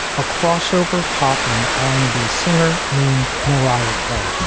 a crossover pop and r and b singer named mariah carey